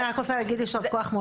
אני רק רוצה להגיד יישר כוח.